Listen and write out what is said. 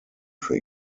für